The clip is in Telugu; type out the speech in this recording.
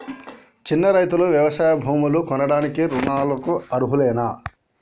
చిన్న రైతులు వ్యవసాయ భూములు కొనడానికి రుణాలకు అర్హులేనా?